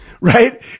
right